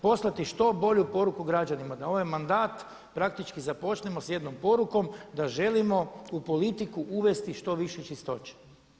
Poslati što bolju poruku građanima da ovaj mandat praktički započnemo s jednom porukom da želimo u politiku uvesti što više čistoće.